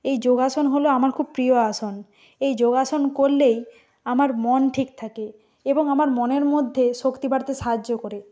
এই যোগাসন হল আমার খুব প্রিয় আসন এই যোগাসন করলেই আমার মন ঠিক থাকে এবং আমার মনের মধ্যে শক্তি বাড়তে সাহায্য করে